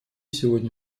сегодня